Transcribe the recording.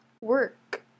work